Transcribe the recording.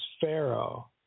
Pharaoh